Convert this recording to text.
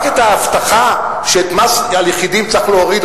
רק את ההבטחה שאת מס על יחידים צריך להוריד,